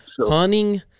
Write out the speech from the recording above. hunting